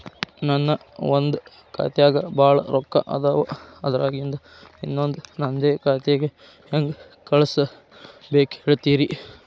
ನನ್ ಒಂದ್ ಖಾತ್ಯಾಗ್ ಭಾಳ್ ರೊಕ್ಕ ಅದಾವ, ಅದ್ರಾಗಿಂದ ಇನ್ನೊಂದ್ ನಂದೇ ಖಾತೆಗೆ ಹೆಂಗ್ ಕಳ್ಸ್ ಬೇಕು ಹೇಳ್ತೇರಿ?